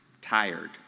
tired